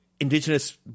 Indigenous